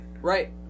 Right